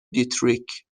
دیتریک